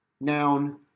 noun